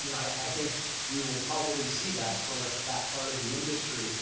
you know i think we will probably see that for that part of the industry,